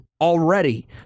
already